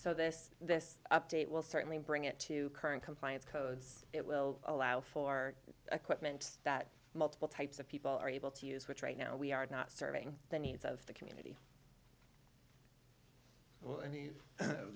so this this update will certainly bring it to current compliance codes it will allow for equipment that multiple types of people are able to use which right now we are not serving the needs of the community